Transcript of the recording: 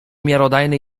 miarodajnym